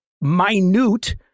minute